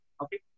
okay